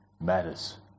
matters